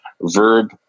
verb